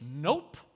Nope